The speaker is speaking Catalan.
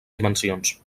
dimensions